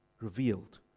revealed